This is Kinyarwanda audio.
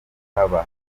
bahabwa